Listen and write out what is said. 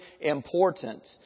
important